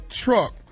truck